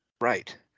right